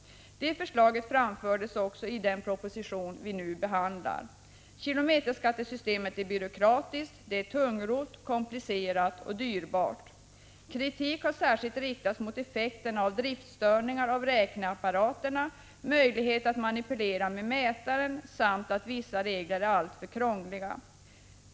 Det förslaget framförs också i den proposition som vi nu behandlar. Kilometerskattesystemet är byråkratiskt, tungrott, komplicerat och dyrbart. Kritik har särskilt riktats mot effekterna av driftstörningar när det gäller räkneapparaterna, möjligheten att manipulera med mätaren samt att vissa regler är alltför krångliga.